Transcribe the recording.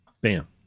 bam